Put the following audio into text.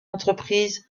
entreprise